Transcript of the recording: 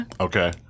Okay